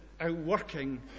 outworking